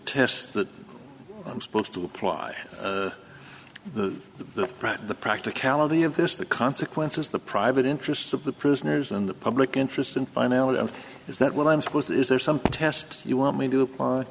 test that i'm supposed to apply the the right the practicality of this the consequences the private interests of the prisoners and the public interest and finality and is that what i'm supposed is there some test you want me to apply